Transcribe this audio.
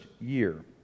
year